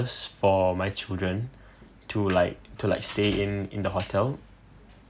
for my children to like to like stay in in the hotel